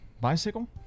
Bicycle